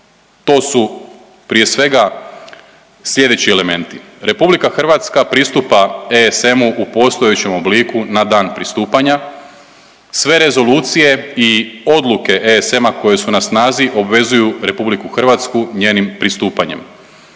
To su prije svega sljedeći elementi. RH pristupa ESM-u u postojećem obliku na dan pristupanja. Sve rezolucije i odluke ESM-a koje su na snazi obvezuju RH njenim pristupanjem.